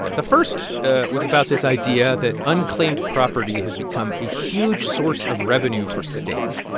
the first was about this idea that unclaimed property has become a huge source of revenue for states.